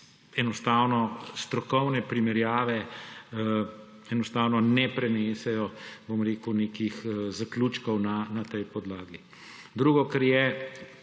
kota strokovne primerjave enostavno ne prinesejo zaključkov na tej podlagi. Drugo, kar je,